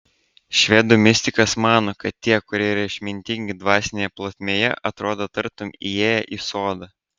švedų mistikas mano kad tie kurie yra išmintingi dvasinėje plotmėje atrodo tartum įėję į sodą